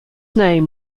name